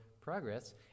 progress